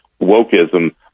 wokeism